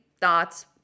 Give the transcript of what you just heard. thoughts